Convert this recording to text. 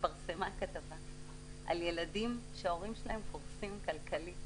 התפרסמה כתבה על ילדים שההורים שלהם חוסכים כלכלית,